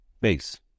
base